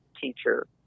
teacher